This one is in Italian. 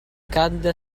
cadde